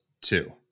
two